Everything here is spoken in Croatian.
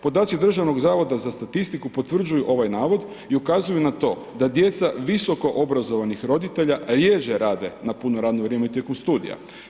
Podaci Državnog zavoda za statistiku potvrđuju ovaj navod i ukazuju na to da djeca visokoobrazovanih roditelja rjeđe rade na puno radno vrijeme tijekom studija.